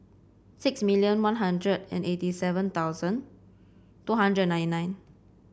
six million One Hundred and eighty seven thousand two hundred and nine nine